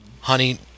honey